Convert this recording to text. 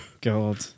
god